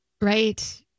right